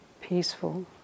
peaceful